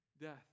death